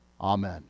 Amen